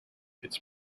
its